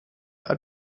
art